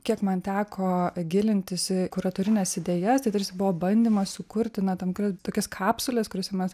kiek man teko gilintis į kuratorines idėjas tai tarsi buvo bandymas sukurti na tam kad tokias kapsules kuriose mes